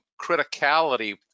criticality